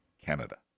Canada